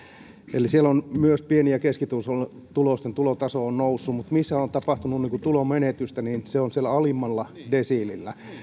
eli siellä on myös se että pieni ja keskituloisten tulotaso on noussut mutta missä on tapahtunut tulonmenetystä niin siellä alimmalla desiilillä